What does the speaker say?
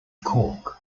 cork